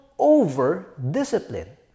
over-discipline